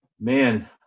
man